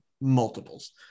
multiples